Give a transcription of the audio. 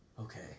Okay